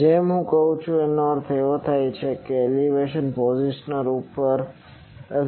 હવે જેમ કે હું કહું છું આનો અર્થ એલિવેશન પોઝિશનર ઉપર અઝીમથ છે